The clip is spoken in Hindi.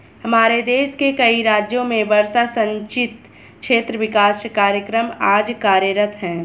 हमारे देश के कई राज्यों में वर्षा सिंचित क्षेत्र विकास कार्यक्रम आज कार्यरत है